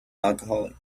alcoholic